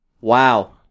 Wow